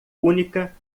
única